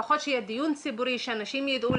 לפחות שיהיה דיון ציבורי ושאנשים ידעו.